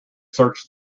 searched